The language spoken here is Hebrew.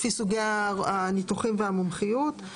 לפי סוגי הניתוחים והמומחים.